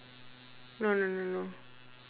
no no no no